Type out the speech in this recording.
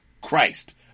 christ